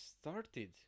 started